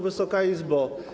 Wysoka Izbo!